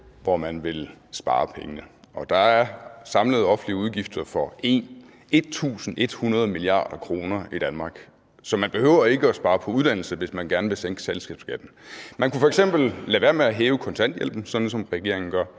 hvor man vil spare pengene, og der er samlede offentlige udgifter for 1.100 mia. kr. i Danmark, så man behøver ikke at spare på uddannelse, hvis man gerne vil sænke selskabsskatten. Man kunne f.eks. lade være med at hæve kontanthjælpen, sådan som regeringen gør.